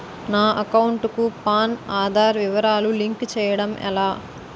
నా అకౌంట్ కు పాన్, ఆధార్ వివరాలు లింక్ చేయటం ఎలా?